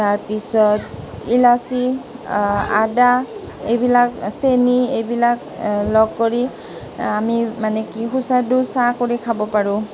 তাৰপিছত ইলাচি আদা এইবিলাক চেনী এইবিলাক লগ কৰি আমি মানে কি সুস্বাদু চাহ কৰি খাব পাৰোঁ